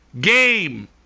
game